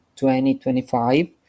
2025